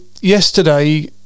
yesterday